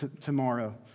tomorrow